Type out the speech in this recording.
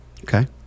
Okay